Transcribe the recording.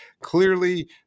clearly